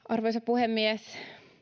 arvoisa puhemies